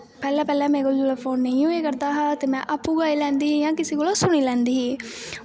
पैह्लें पैह्लें मेरे कोल फोन नेईं होए करदा हा ते में आपूं गाई लैंदी ही जां कुसै कोला सुनी लैंदी ही